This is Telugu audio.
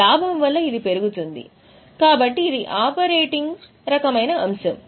లాభం వల్ల ఇది పెరుగుతుంది కాబట్టి ఇది ఆపరేటింగ్ రకమైన అంశం